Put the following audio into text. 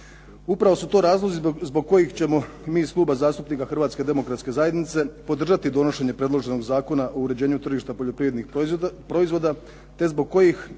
Upravo su to razlozi zbog kojih ćemo mi iz Kluba zastupnika Hrvatske demokratske zajednice podržati donošenje predloženog Zakona o uređenju tržišta poljoprivrednih proizvoda te zbog kojih